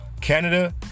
Canada